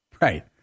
Right